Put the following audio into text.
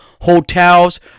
hotels